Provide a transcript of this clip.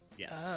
Yes